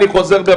אני חוזר בי,